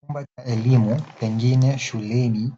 Chumba cha elimu, pengine shuleni